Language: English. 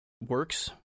works